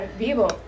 vivo